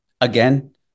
Again